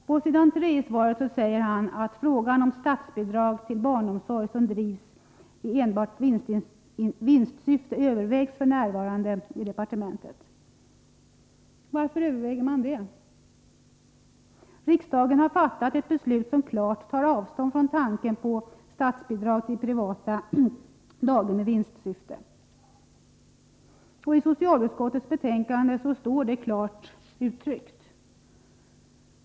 På s. 3 i det tryckta svaret säger han att frågan om statsbidrag till barnomsorg som drivs i enbart vinstsyfte f. n. övervägs i departementet. Varför överväger man det? Riksdagen har fattat ett beslut som klart tar avstånd från tanken på statsbidrag till privata daghem med vinstsyfte. I socialutskottets betänkande står det klart uttryckt.